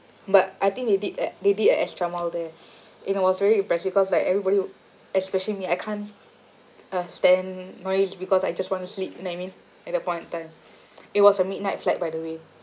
but I think they did e~ they did an extra mile there and it was very impressive cause like everybody especially me I can't uh stand noise because I just want to sleep you know what I mean at that point of time it was a midnight flight by the way